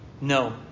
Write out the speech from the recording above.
No